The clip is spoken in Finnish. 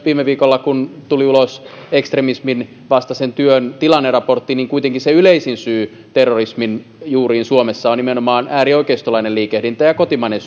viime viikolla tuli ulos ekstremismin vastaisen työn tilanneraportti ja täytyy nyt kuitenkin muistaa että se yleisin syy terrorismin juuriin suomessa on nimenomaan äärioikeistolainen liikehdintä ja kotimainen